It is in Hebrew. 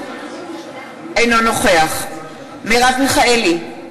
אינו נוכח מרב מיכאלי,